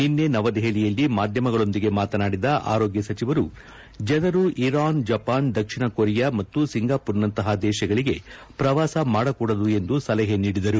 ನಿನ್ನೆ ನವದೆಹಲಿಯಲ್ಲಿ ಮಾಧ್ಯಮಗಳೊಂದಿಗೆ ಮಾತನಾಡಿದ ಆರೋಗ್ಯ ಸಚಿವರು ಜನರು ಇರಾನ್ ಜಪಾನ್ ದಕ್ಷಿಣ ಕೊರಿಯಾ ಮತ್ತು ಸಿಂಗಾಪುರ್ನಂತಹ ದೇಶಗಳಿಗೆ ಪ್ರವಾಸ ಮಾಡಕೂಡದು ಎಂದು ಸಲಹೆ ನೀಡಿದರು